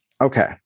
Okay